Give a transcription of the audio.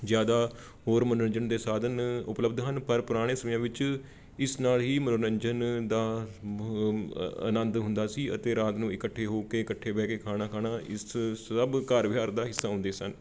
ਜ਼ਿਆਦਾ ਹੋਰ ਮਨੋਰੰਜਨ ਦੇ ਸਾਧਨ ਉਪਲਬਧ ਹਨ ਪਰ ਪੁਰਾਣੇ ਸਮਿਆਂ ਵਿੱਚ ਇਸ ਨਾਲ ਹੀ ਮਨੋਰੰਜਨ ਦਾ ਮ ਅਅ ਆਨੰਦ ਹੁੰਦਾ ਸੀ ਅਤੇ ਰਾਤ ਨੂੰ ਇਕੱਠੇ ਹੋ ਕੇ ਇਕੱਠੇ ਬਹਿ ਕੇ ਖਾਣਾ ਖਾਣਾ ਇਸ ਸਭ ਕਾਰ ਵਿਹਾਰ ਦਾ ਹਿੱਸਾ ਹੁੰਦੇ ਸਨ